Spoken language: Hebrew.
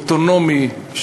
אוטונומי,